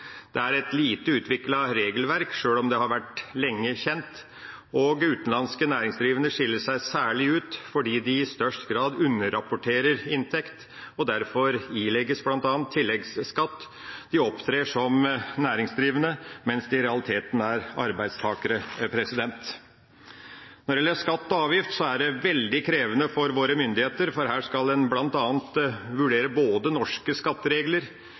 det er en høy risiko. Det er et lite utviklet regelverk, sjøl om det har vært kjent lenge. Og utenlandske næringsdrivende skiller seg særlig ut, fordi de i størst grad underrapporterer inntekt og derfor ilegges bl.a. tilleggsskatt. De opptrer som næringsdrivende, mens de i realiteten er arbeidstakere. Når det gjelder skatt og avgift, er det veldig krevende for våre myndigheter, for her skal en bl.a. vurdere både norske skatteregler,